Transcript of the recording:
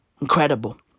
Incredible